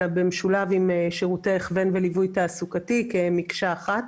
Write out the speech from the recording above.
אלא במשולב עם שירותי הכוון וליווי תעסוקתי כמקשה אחת,